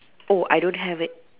oh I don't have it